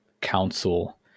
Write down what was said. council